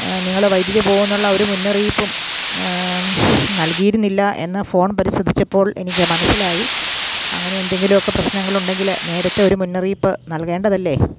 നിങ്ങൾ വൈദ്യുതി പോകുമെന്നുള്ള ഒരു മുന്നറിയിപ്പും നൽകിയിരുന്നില്ല എന്ന് ഫോൺ പരിശോധിച്ചപ്പോൾ എനിക്ക് മനസ്സിലായി അങ്ങനെ എന്തെങ്കിലുമൊക്കെ പ്രശ്നങ്ങളുണ്ടെങ്കിൽ നേരത്തെ ഒരു മുന്നറിയിപ്പ് നൽകേണ്ടതല്ലേ